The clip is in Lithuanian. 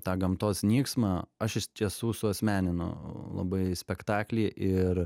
tą gamtos nyksmą aš iš tiesų suasmeninu labai spektaklį ir